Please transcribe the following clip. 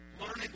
learning